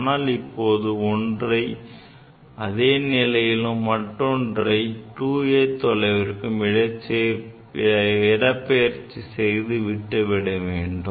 ஆனால் இப்போது ஒன்றை அதே நிலையிலும் மற்றொன்றை 2a தொலைவிற்கு இடப்பெயர்ச்சி செய்து விட்டு விட வேண்டும்